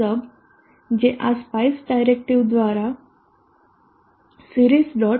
sub જે આ spice directive દ્વારા series